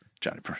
Johnny